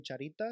cucharitas